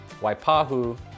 Waipahu